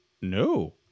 no